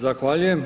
Zahvaljujem.